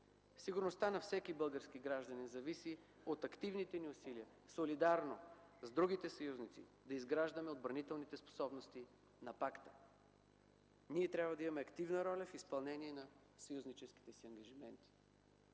Сигурността на всеки български гражданин зависи от активните ни усилия, солидарно с другите съюзници да изграждаме отбранителните способности на пакта. Ние трябва да имаме активна роля в изпълнение на съюзническите си ангажименти.